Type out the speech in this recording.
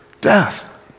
Death